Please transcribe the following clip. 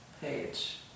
page